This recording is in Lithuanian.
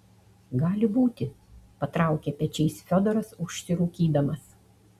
gali būti patraukė pečiais fiodoras užsirūkydamas